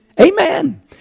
Amen